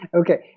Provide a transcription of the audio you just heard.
Okay